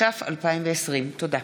התש"ף 2020. תודה.